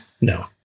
No